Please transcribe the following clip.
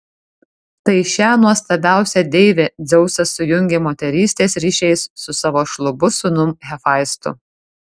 tai šią nuostabiausią deivę dzeusas sujungė moterystės ryšiais su savo šlubu sūnum hefaistu